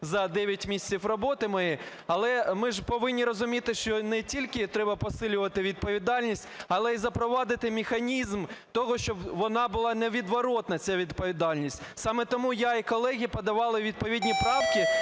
за 9 місяців роботи. Але ми ж повинні розуміти, що не тільки треба посилювати відповідальність, але і запровадити механізм того, щоб вона була невідворотна ця відповідальність. Саме тому я і колеги подавали відповідні правки,